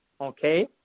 Okay